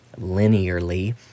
linearly